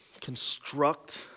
construct